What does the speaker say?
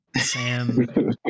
Sam